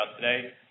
today